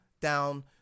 down